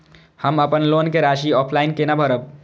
हम अपन लोन के राशि ऑफलाइन केना भरब?